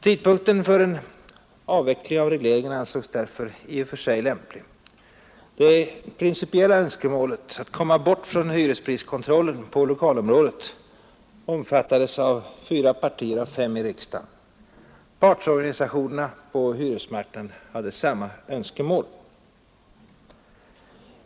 Tidpunkten för en avveckling av regleringen ansågs därför i och för sig lämplig. Det principiella önskemålet att komma bort från hyrespriskontrollen på lokalområdet omfattades av fyra partier av fem i riksdagen. Partsorganisationerna på hyresmarknaden hade samma önskemål.